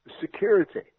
security